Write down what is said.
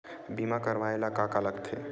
बीमा करवाय ला का का लगथे?